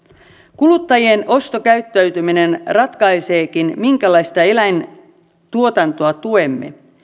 kuluttajien ostokäyttäytyminen ratkaiseekin minkälaista eläintuotantoa tuemme